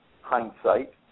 hindsight